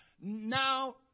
Now